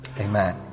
Amen